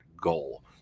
goal